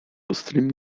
ostrymi